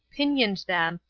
pinioned them,